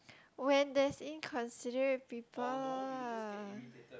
when there's inconsiderate people lah